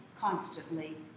constantly